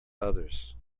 others